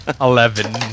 Eleven